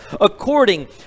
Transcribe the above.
According